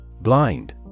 Blind